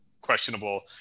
questionable